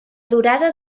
durada